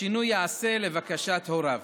השינוי ייעשה לבקשת הוריו.